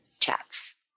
Chats